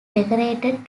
decorated